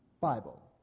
Bible